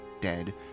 dead